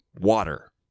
water